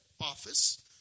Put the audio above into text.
office